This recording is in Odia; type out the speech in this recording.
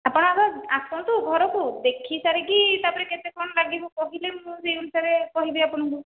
ଆପଣ ଆଗ ଆସନ୍ତୁ ଘରକୁ ଦେଖି ସାରିକି ତା'ପରେ କେତେ କ'ଣ ଲାଗିବ କହିଲେ ମୁଁ ସେହି ଅନୁସାରେ କହିବି ଆପଣଙ୍କୁ